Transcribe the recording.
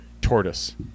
tortoise